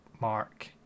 mark